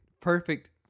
perfect